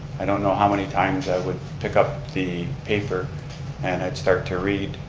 i don't know how many times i would pick up the paper and i'd start to read